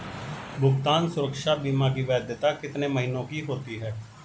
भुगतान सुरक्षा बीमा की वैधता कितने महीनों की होती है?